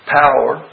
power